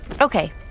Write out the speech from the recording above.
Okay